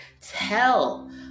tell